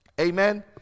Amen